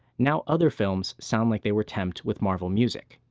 now other films sound like they were tempt with marvel music.